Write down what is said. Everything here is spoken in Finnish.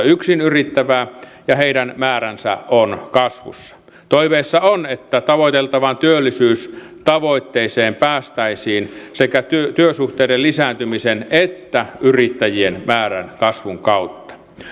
yksin yrittävää ja heidän määränsä on kasvussa toiveissa on että tavoiteltavaan työllisyystavoitteeseen päästäisiin sekä työsuhteiden lisääntymisen että yrittäjien määrän kasvun kautta